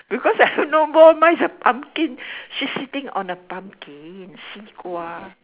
because I don't know ball mine is pumpkin she's sitting on a pumpkin 西瓜